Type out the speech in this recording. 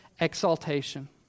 exaltation